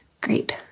great